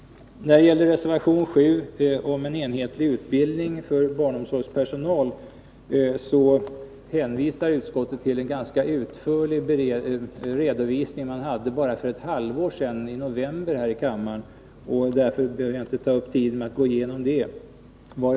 När det gäller reservation 7 om en enhetlig utbildning för barnomsorgspersonal hänvisar utskottet till en ganska utförlig redovisning här i kammaren i november förra året. Därför behöver jag inte ta upp tid med att gå igenom detta ytterligare.